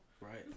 right